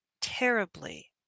terribly